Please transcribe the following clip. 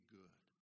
good